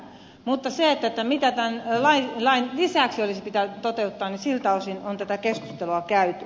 mutta siltä osin mitä tämän lain lisäksi olisi pitänyt toteuttaa on tätä keskustelua käyty